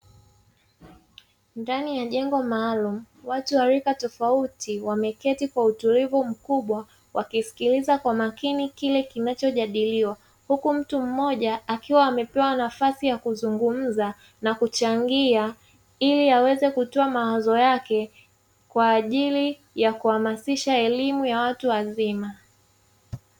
Ndani ya jengo maalumu, watu wa rika tofauti wameketi kwa utulivu mkubwa wakisikiliza kwa makini kile kinachojadiliwa, huku mtu mmoja akiwa amepewa nafasi ya kuzungumza na kuchangia ili aweze kutoa mawazo yake kwa ajili ya kuhamasisha elimu ya watu wazima.